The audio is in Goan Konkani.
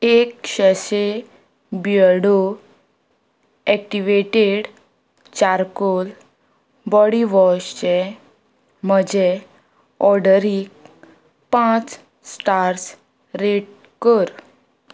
एक शेशे बियर्डो एक्टिवेटेड चारकोल बॉडीवॉशचें म्हजे ऑर्डरीक पांच स्टार्स रेट कर